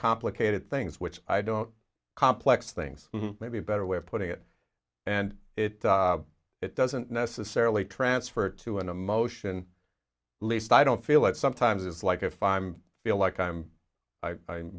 complicated things which i don't complex things maybe a better way of putting it and it it doesn't necessarily transfer to an emotion least i don't feel it sometimes is like if i'm feel like i'm